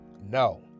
No